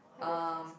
um